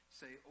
say